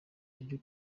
ibyo